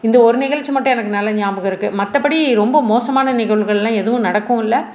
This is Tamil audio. இந்த ஒரு நிகழ்ச்சி மட்டும் எனக்கு நல்ல ஞாபகம் இருக்குது மற்றபடி ரொம்ப மோசமான நிகழ்வுகள்லாம் எதுவும் நடக்கவும் இல்லை